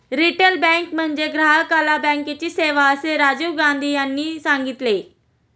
retail bank म्हणजे ग्राहकाला बँकेची सेवा, असे राजीव यांनी सांगितले